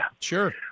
Sure